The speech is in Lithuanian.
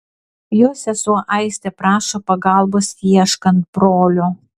jo sesuo aistė prašo pagalbos ieškant brolio